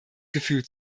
gefühl